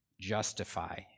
justify